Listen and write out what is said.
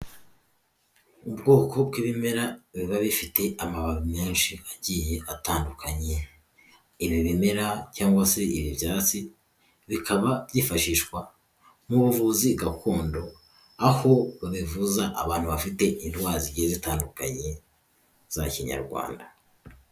Ubwoko bw'ibimera biba bifite amababi menshi agiye atandukanye, ibi bimera cyangwa se ibi byatsi, bikaba byifashishwa mu buvuzi gakondo, aho babivuza abantu bafite indwara zigiye zitandukanye za kinyarwanda.